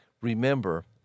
remember